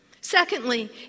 Secondly